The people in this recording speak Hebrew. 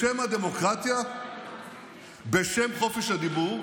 בשם הדמוקרטיה, בשם חופש הדיבור,